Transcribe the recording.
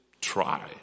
try